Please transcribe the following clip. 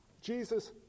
Jesus